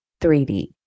3d